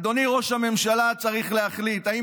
אדוני ראש הממשלה צריך להחליט: האם